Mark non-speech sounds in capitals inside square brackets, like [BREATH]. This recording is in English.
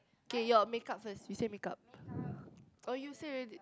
okay your makeup first you say makeup [BREATH] oh you say already